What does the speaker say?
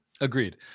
Agreed